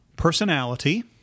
personality